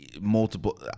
multiple –